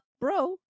Bro